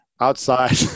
outside